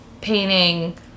painting